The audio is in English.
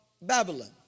Babylon